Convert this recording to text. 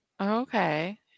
Okay